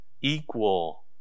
equal